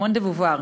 סימון דה-בובואר,